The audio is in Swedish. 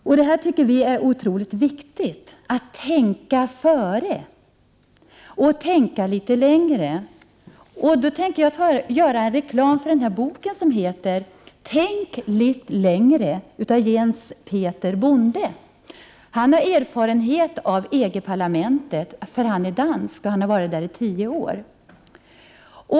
Vi i miljöpartiet anser att det är oerhört viktigt att tänka efter före och att tänka litet längre. Jag tänker då göra reklam för en bok som heter Tzenk lidt lengere, av Jens-Peter Bonde. Han har som dansk erfarenhet av EG parlamentet, där han varit i tio år.